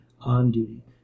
on-duty